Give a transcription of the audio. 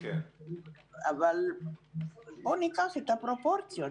אבל בפרופורציה.